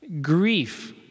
Grief